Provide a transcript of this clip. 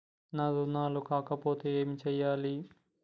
నా రుణాలు కాకపోతే ఏమి చేయాలి?